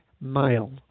Mile